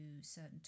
certain